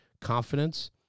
confidence